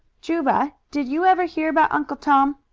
juba, did you ever hear about uncle tom?